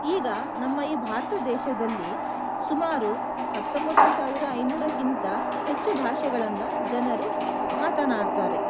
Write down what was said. ಈಗ ನಮ್ಮ ಈ ಭಾರತ ದೇಶದಲ್ಲಿ ಸುಮಾರು ಹತ್ತೊಂಬತ್ತು ಸಾವಿರ ಐನೂರಕ್ಕಿಂತ ಹೆಚ್ಚು ಭಾಷೆಗಳನ್ನು ಜನರು ಮಾತನಾಡ್ತಾರೆ